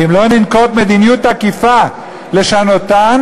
ואם לא ננקוט מדיניות תקיפה לשנותם,